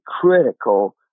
critical